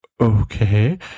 okay